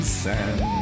sand